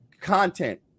content